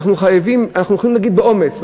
אנחנו יכולים להגיד באומץ,